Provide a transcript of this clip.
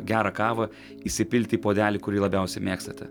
gerą kavą įsipilt į puodelį kurį labiausiai mėgstate